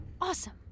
awesome